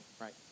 right